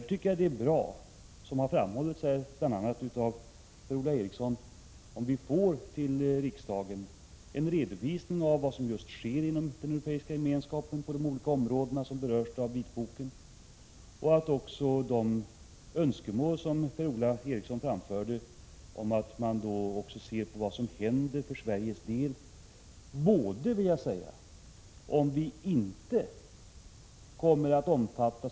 Jag tycker därför att det vore bra om riksdagen kunde få en redovisning av vad som sker inom Europeiska gemenskapen på de olika områden som berörs av vitboken och att man i den redovisningen också ser på vad som händer för Sveriges del både om vi kommer att omfattas av dessa bestämmelser och om vi inte kommer att göra detta.